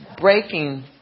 breaking